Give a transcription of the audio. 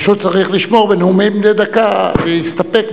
פשוט צריך לשמור בנאומים בני דקה להסתפק